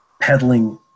peddling